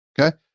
Okay